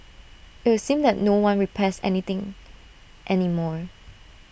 IT would seem that no one repairs any thing any more